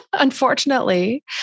Unfortunately